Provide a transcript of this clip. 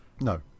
No